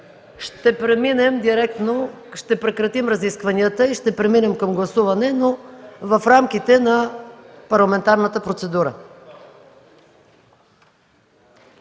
ще прекратим разискванията и ще преминем към гласуване, но в рамките на парламентарната процедура.